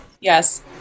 yes